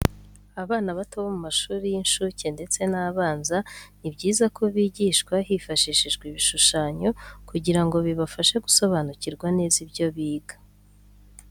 Abana bato bo mu mashuri y’inshuke ndetse n’abanza, ni byiza ko bigishwa hifashishijwe ibishushanyo kugira ngo bibafashe gusobanukirwa neza ibyo biga.